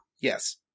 yes